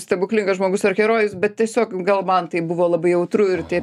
stebuklingas žmogus ar herojus bet tiesiog gal man tai buvo labai jautru ir tie